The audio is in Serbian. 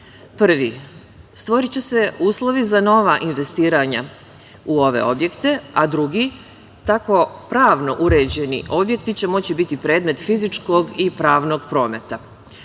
Prvi – stvoriće se uslovi za nova investiranja u ove objekte, a drugi – tako pravno uređeni objekti će moći biti predmet fizičkog i pravnog